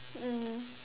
mmhmm